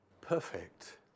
perfect